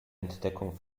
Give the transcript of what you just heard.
entdeckung